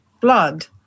blood